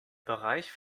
bereich